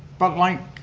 but like